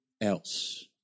else